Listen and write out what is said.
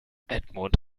edmund